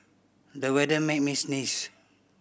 the weather made me sneeze